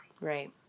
Right